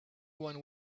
one